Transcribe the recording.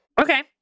Okay